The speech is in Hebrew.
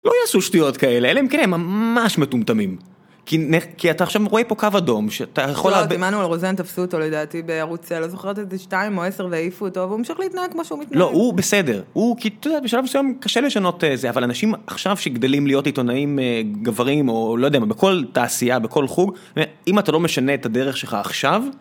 לא יעשו שטויות כאלה, אלה אם כן כאלה ממש מטומטמים. כי אתה עכשיו רואה פה קו אדום, שאתה יכול... לא, עמנואל רוזן, תפסו אותו לדעתי בערוץ 2 או 10, לא זוכרו את זה? והעיפו אותו והוא ממשיך להתנהג כמו שהוא מתנהג. לא, הוא בסדר, הוא, כי אתה יודע, בשלב מסוים קשה לשנות את זה, אבל אנשים עכשיו שגדלים להיות עיתונאים, גברים או לא יודע מה, בכל תעשייה, בכל חוג, אם אתה לא משנה את הדרך שלך עכשיו...